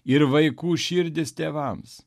ir vaikų širdis tėvams